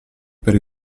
per